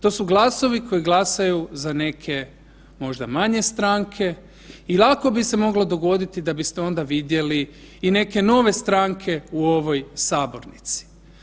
To su glasovi koji glasaju za neke možda manje stranke i lako bi se moglo dogoditi da biste onda vidjeli i neke nove stranke u ovoj sabornici.